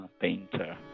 painter